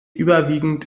überwiegend